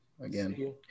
again